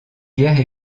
guerre